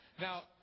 Now